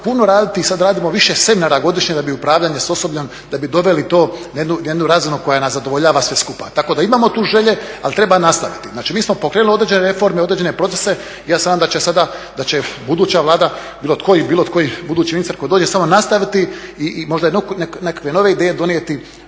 puno raditi, i sad radimo više seminara godišnje da bi upravljanje s osobljem, da bi doveli to na jednu razinu koja nas zadovoljava sve skupa. Tako da imamo tu želje, ali treba nastaviti. Znači mi smo pokrenuli određene reforme, određene procese i ja se nadam da će sada, da će buduća Vlada, bilo tko i bilo koji budući ministar koji dođe samo nastaviti i možda nekakve nove ideje donijeti